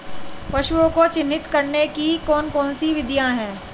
पशुओं को चिन्हित करने की कौन कौन सी विधियां हैं?